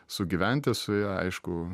sugyventi su ja aišku